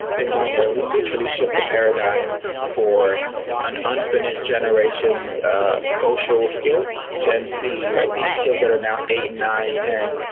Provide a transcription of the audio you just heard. is going to literally shift the paradigm for an unfinished generation's social skills, gen z like these kids that are now eight and nine, ten,